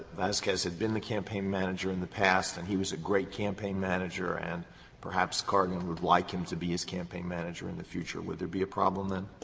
vasquez had been the campaign manager in the past and he was a great campaign manager, and perhaps carrigan would like him to be his campaign manager in the future, would there be a problem then?